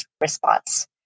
response